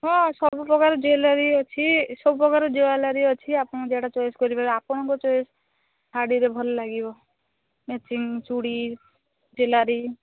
ହଁ ସବୁପ୍ରକାର ଜୁଏଲାରୀ ଅଛି ସବୁପ୍ରକାର ଜୁଏଲାରୀ ଅଛି ଆପଣ ଯେଟା ଚଏସ୍ କରିବେ ଆପଣଙ୍କ ଚଏସ୍ ଶାଢ଼ୀରେ ଭଲଲାଗିବ ମେଚିଙ୍ଗ ଚୁଡ଼ି ଜୁଏଲାରୀ